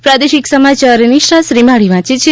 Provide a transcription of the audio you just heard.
પ્રાદેશિક સમાચાર નિશા શ્રીમાળી વાંચે છે